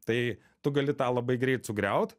tai tu gali tą labai greit sugriaut